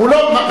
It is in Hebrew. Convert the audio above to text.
מה זה,